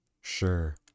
Sure